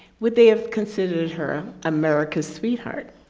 would they have considered her america's sweetheart?